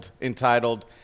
entitled